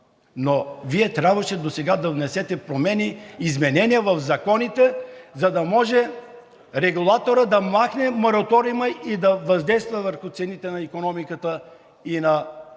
досега трябваше да внесете промени – изменения в законите, за да може регулаторът да махне мораториума и да въздейства върху цените на икономиката и на общинските